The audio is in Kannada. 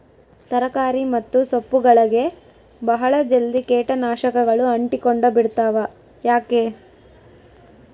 ತರಕಾರಿ ಮತ್ತು ಸೊಪ್ಪುಗಳಗೆ ಬಹಳ ಜಲ್ದಿ ಕೇಟ ನಾಶಕಗಳು ಅಂಟಿಕೊಂಡ ಬಿಡ್ತವಾ ಯಾಕೆ?